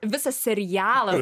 visą serialą